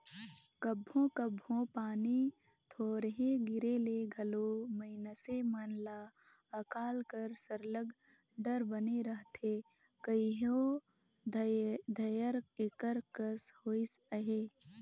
कभों कभों पानी थोरहें गिरे ले घलो मइनसे मन ल अकाल कर सरलग डर बने रहथे कइयो धाएर एकर कस होइस अहे